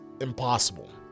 impossible